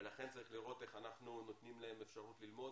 ולכן צריך לראות איך אנחנו נותנים להם אפשרות ללמוד